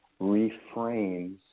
reframes